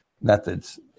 methods